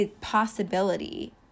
possibility